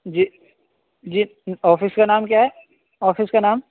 جی جی آفس کا نام کیا ہے آفس کا نام